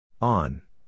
On